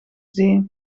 zee